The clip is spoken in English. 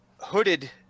hooded